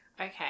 Okay